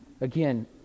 Again